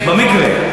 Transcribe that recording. במקווה.